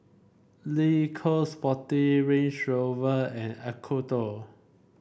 Le Coq Sportif Range Rover and Acuto